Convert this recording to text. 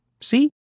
See